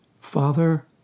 Father